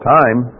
time